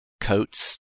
coats